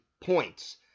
points